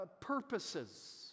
purposes